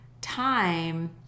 time